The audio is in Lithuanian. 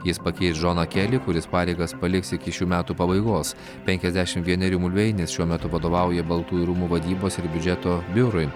jis pakeis džoną kelį kuris pareigas paliks iki šių metų pabaigos penkiasdešim vienerių mulveinis šiuo metu vadovauja baltųjų rūmų vadybos ir biudžeto biurui